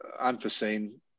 unforeseen